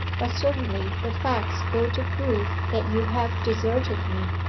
but certainly the facts go to prove that you have deserted me!